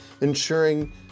ensuring